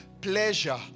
pleasure